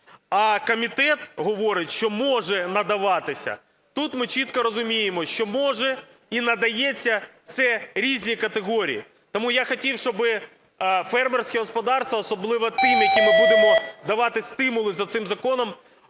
А комітет говорить, що може надаватися. Тут ми чітко розуміємо, що може і надається – це різні категорії. Тому я хотів, щоб фермерські господарства, особливо ті, яким ми будемо давати стимули за цим законом,